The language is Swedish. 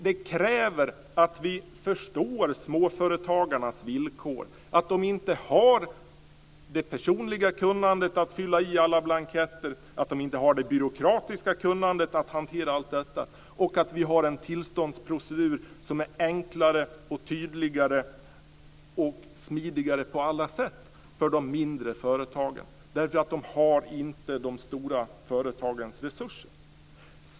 Det kräver att vi förstår småföretagarnas villkor, att de inte har det personliga kunnandet att fylla i alla blanketter, att de inte har det byråkratiska kunnandet att hantera allt detta, och vi ska ha en tillståndsprocedur som på alla sätt är enklare, tydligare och smidigare för de mindre företagen. De har inte de stora företagens resurser.